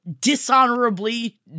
dishonorably